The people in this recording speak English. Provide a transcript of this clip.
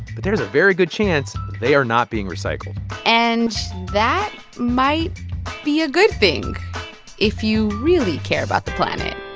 but there is a very good chance they are not being recycled and that might be a good thing if you really care about the planet